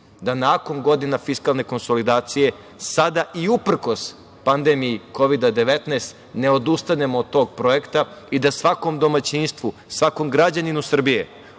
da nakon godina fiskalne konsolidacije sada i uprkos pandemiji Kovida 19 ne odustanemo od tog projekta i da svakom domaćinstvu, svakom građaninu Srbije